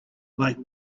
like